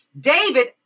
David